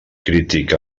crític